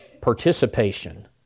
participation